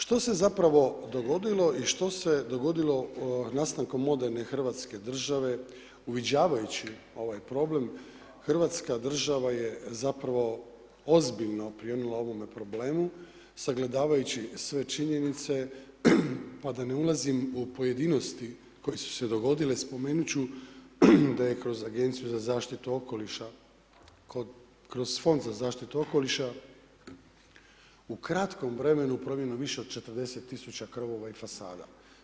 Što se zapravo dogodilo i što se dogodilo nastankom moderne Hrvatske države i uviđajući ovaj problem Hrvatska država je zapravo ozbiljno prionula ovome problemu, sagledavajući sve činjenice, pa da ne ulazim u pojedinosti koje su se dogodile, spomenut ću da je kroz Agenciju za zaštitu okoliša, kroz Fond za zaštitu okoliša u kratkom vremenu promjenom više od 40 tisuća krovova i fasada.